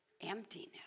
emptiness